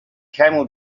camel